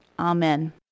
Amen